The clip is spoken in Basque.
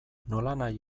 nolanahi